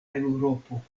eŭropo